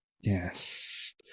Yes